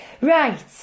Right